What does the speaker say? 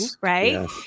right